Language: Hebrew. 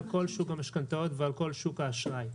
כל שוק המשכנתאות ועל כל שוק האשראי.